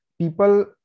people